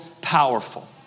powerful